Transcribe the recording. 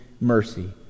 mercy